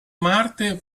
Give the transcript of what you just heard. marte